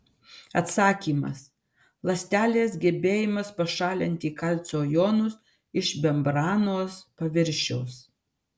atsakymas ląstelės gebėjimas pašalinti kalcio jonus iš membranos paviršiaus